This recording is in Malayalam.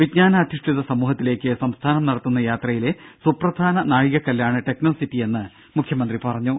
വിജ്ഞാനാധിഷ്ഠിത സമൂഹത്തിലേക്ക് സംസ്ഥാനം നടത്തുന്ന യാത്രയിലെ സുപ്രധാന നാഴികക്കല്ലാണ് ടെക്നോസിറ്റിയെന്ന് മുഖ്യമന്ത്രി പറഞ്ഞു